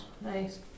Nice